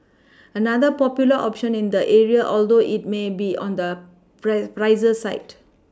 another popular option in the area although it may be on the pray pricier side